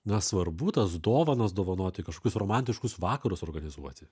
nesvarbu tas dovanas dovanoti kažkokius romantiškus vakarus organizuoti